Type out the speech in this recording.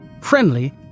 friendly